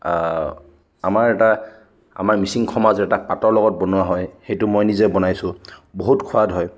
আমাৰ এটা আমাৰ মিচিং সমাজত এটা পাতৰ লগত বনোৱা হয় সেইটো মই নিজে বনাইছোঁ বহুত সোৱাদ হয়